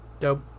Dope